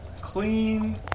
Clean